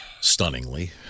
stunningly